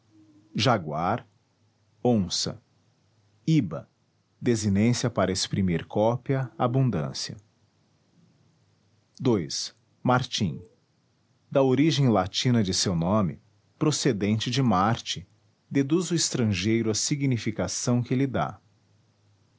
jaguar onça iba desinência para exprimir cópia abundância ii martim da origem latina de seu nome procedente de marte deduz o estrangeiro a significação que lhe dá